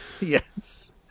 Yes